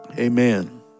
Amen